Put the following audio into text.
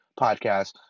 podcast